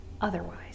otherwise